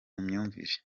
myumvire